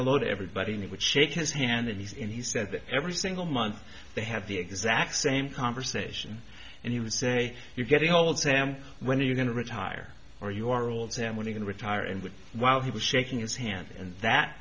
hello to everybody and he would shake his hand and he's in he said that every single month they have the exact same conversation and he would say you're getting old sam when are you going to retire or you are old sam when you can retire and would while he was shaking his hand and that